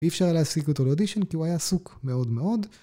אי אפשר להשיג אותו לאודישן כי הוא היה עסוק מאוד מאוד